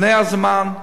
לפני הזמן.